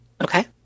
Okay